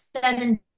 seven